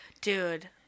dude